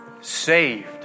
saved